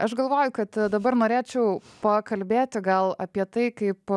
aš galvoju kad dabar norėčiau pakalbėti gal apie tai kaip